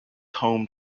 home